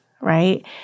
right